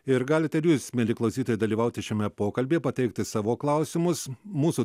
ir galite ir jūs mieli klausytojai dalyvauti šiame pokalbyje pateikti savo klausimus mūsų